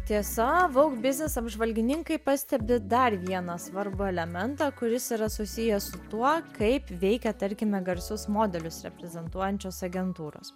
tiesa vogue biznis apžvalgininkai pastebi dar vieną svarbų elementą kuris yra susijęs su tuo kaip veikia tarkime garsius modelius reprezentuojančios agentūros